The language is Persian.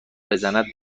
بزند